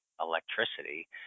electricity